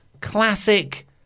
Classic